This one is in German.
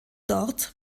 dort